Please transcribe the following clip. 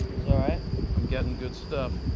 so and i'm getting good stuff.